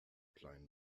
klein